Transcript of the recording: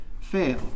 fail